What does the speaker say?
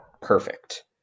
perfect